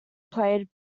played